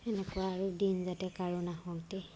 তেনেকুৱা আৰু দিন যাতে কাৰো নাহক দেই